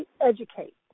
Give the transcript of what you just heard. educate